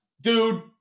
Dude